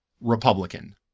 Republican